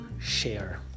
share